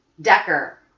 Decker